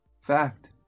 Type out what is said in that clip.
Fact